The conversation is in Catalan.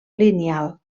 lineal